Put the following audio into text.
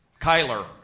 Kyler